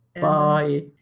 Bye